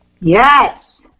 Yes